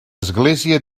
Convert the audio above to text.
església